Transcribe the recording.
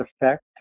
effect